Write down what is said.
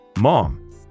Mom